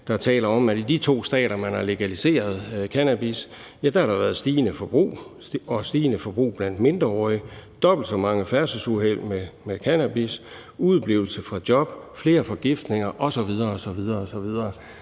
der taler om, at i de to stater, hvor man har legaliseret cannabis, har der været stigende forbrug, stigende forbrug blandt mindreårige, dobbelt så mange færdselsuheld med cannabis, udeblivelse fra job, flere forgiftninger osv. osv. Men